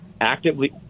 actively